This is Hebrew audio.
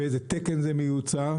באיזה תקן זה מיוצר.